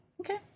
Okay